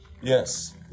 Yes